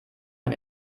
man